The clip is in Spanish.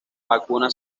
vacuna